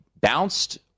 bounced